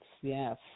yes